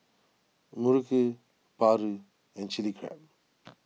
Muruku Paru and Chili Crab